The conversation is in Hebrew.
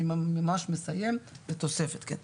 בתוספת, כן.